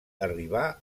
arribà